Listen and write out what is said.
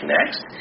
Next